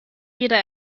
wieder